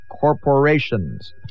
corporations